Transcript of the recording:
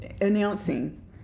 announcing